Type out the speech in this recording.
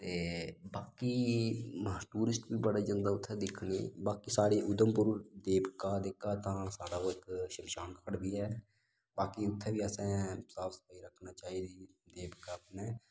ते बाकी टूरिस्ट बी बड़े जंदे न उत्थै दिक्खने गी बाकी साढ़े उधमपुर देवका जेह्का तां साढ़ा ओह् इक शमशान घाट बी ऐ बाकी उत्थैं बी असेंं साफ सफाई रक्खना चाहिदी देवका अपने